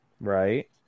right